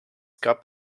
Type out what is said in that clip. gab